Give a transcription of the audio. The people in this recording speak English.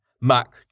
Mac